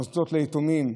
מוסדות ליתומים.